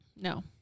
No